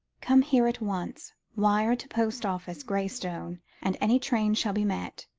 come here at once. wire to post office, graystone and any train shall be met.